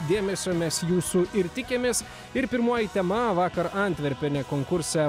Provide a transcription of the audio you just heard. dėmesio mes jūsų ir tikimės ir pirmoji tema vakar antverpene konkurse